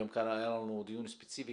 היום היה לנו דיון ספציפי.